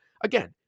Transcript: Again